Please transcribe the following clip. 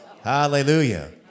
Hallelujah